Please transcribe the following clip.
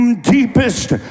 deepest